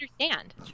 understand